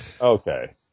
okay